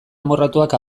amorratuak